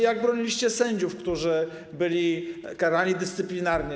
Jak broniliście sędziów, którzy byli karani dyscyplinarnie?